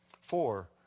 Four